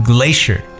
Glacier